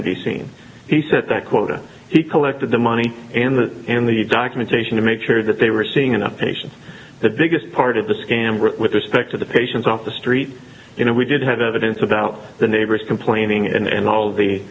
to be seen he said that quota he collected the money and the and the documentation to make sure that they were seeing enough patients the biggest part of the scam with respect to the patients off the street you know we did have evidence about the neighbors complaining and a